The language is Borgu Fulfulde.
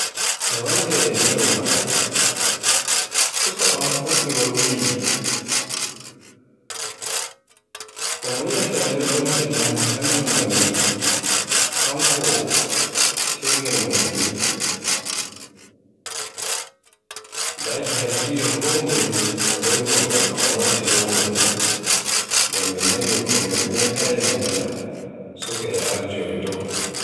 E wonde ñyalawmare, suka on fuɗɗi wolwuki, ko mi yiata e nder boliɗe den kanjum woni, kanko tegal mo yiɗi. Daaki hakkilo konmoye e nder wuro ngon warti dow muɗum, ngam min nani ko min meɗaayi min nana suka e aljo e dow.